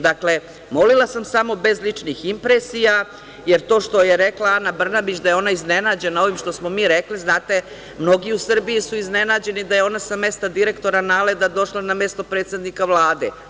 Dakle, molila sam samo bez ličnih impresija, jer to što je rekla Ana Brnabić da je ona iznenađena ovim što smo mi rekli, znate, mnogi u Srbiji su iznenađeni da je ona sa mesta direktora „Naleda“, došla na mesto predsednika Vlade.